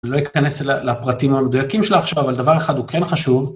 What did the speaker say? אני לא אכנס אל הפרטים המדויקים שלה עכשיו, אבל דבר אחד הוא כן חשוב.